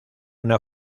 una